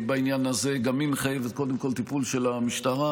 בעניין הזה גם היא מחייבת קודם כול טיפול של המשטרה,